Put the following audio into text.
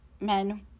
men